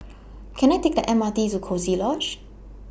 Can I Take The M R T to Coziee Lodge